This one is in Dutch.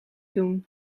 doen